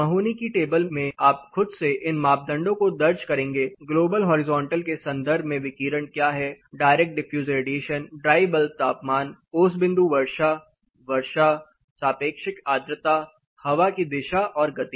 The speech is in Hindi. महोनी की टेबल Mahoneys tables में आप खुद से इन मापदंडों को दर्ज करेंगे ग्लोबल हॉरिजॉन्टल के संदर्भ में विकिरण क्या है direct diffuse radiation dry bulb तापमान ओस बिंदु वर्षा वर्षा सापेक्षिक आर्द्रता हवा की दिशा और गति